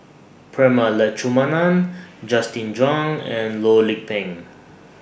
Prema Letchumanan Justin Zhuang and Loh Lik Peng